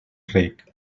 reg